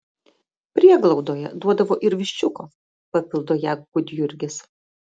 prieglaudoje duodavo ir viščiuko papildo ją gudjurgis